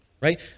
right